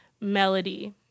melody